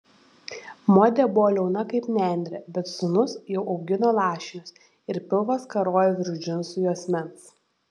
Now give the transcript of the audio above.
modė buvo liauna kaip nendrė bet sūnus jau augino lašinius ir pilvas karojo virš džinsų juosmens